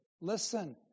Listen